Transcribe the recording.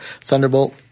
Thunderbolt